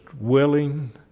willing